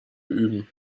üben